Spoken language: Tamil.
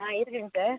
ஆ இருக்குதுங்க சார்